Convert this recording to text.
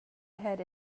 ahead